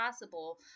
possible